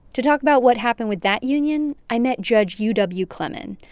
to talk about what happened with that union, i met judge u w. clemon.